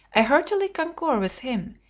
i heartily concur with him,